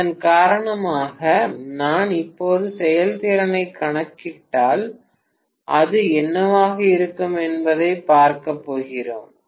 இதன் காரணமாக நான் இப்போது செயல்திறனைக் கணக்கிட்டால் அது என்னவாக இருக்கும் என்பதைப் பார்க்கப் போகிறேன்